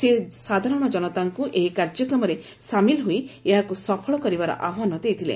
ସେ ସାଧାରଶ ଜନତାଙ୍କୁ ଏହି କାର୍ଯ୍ୟକ୍ରମରେ ସାମିଲ୍ ହୋଇ ଏହାକୁ ସଫଳ କରିବାର ଆହ୍ବାନ ଦେଇଥିଲେ